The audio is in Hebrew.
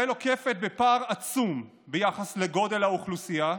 ישראל עוקפת בפער עצום ביחס לגודל האוכלוסייה.